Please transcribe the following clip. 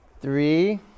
Three